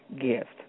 gift